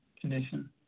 condition